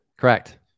Correct